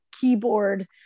keyboard